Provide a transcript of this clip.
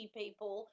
people